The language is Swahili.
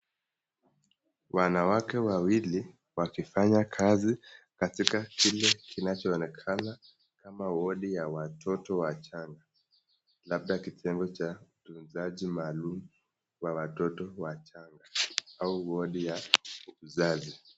Wanawake wawili wakifanya kazi katika kile kinachoonekana kama wodi ya watoto wachanga, labda kitengo cha utunzaji maalum kwa watoto wachanga au wodi ya uzazi.